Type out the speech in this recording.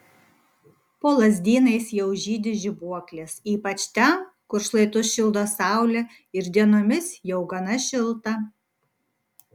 po lazdynais jau žydi žibuoklės ypač ten kur šlaitus šildo saulė ir dienomis jau gana šilta